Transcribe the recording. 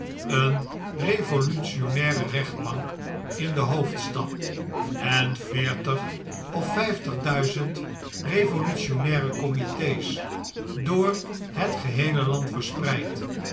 eene revolutionaire rechtbank in de hoofdstad en veertig of vjjftig duizend revolutionaire comite's door het geheele land verspreid